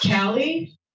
Callie